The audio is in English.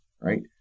right